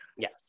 Yes